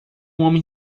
homem